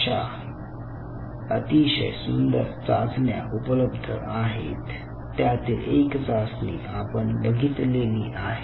अश्या अतिशय सुंदर चाचण्या उपलब्ध आहेत त्यातील एक चाचणी आपण बघितलेलि आहे